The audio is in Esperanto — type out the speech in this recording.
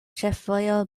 ĉefvojo